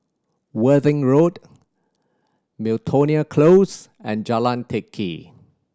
Worthing Road Miltonia Close and Jalan Teck Kee